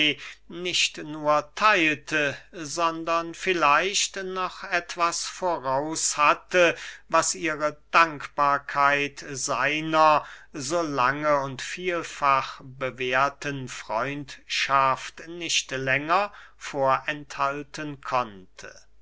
nicht nur theilte sondern vielleicht noch etwas voraus hatte was ihre dankbarkeit seiner so lange und vielfach bewährten freundschaft nicht länger vorenthalten konnte